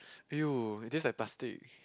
!aiyo! that's like plastic